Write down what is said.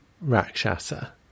Rakshasa